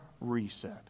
reset